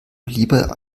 lieber